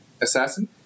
assassin